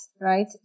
right